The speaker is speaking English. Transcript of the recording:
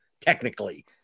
technically